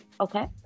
okay